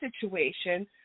situation